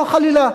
לא, חלילה,